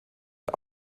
der